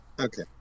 Okay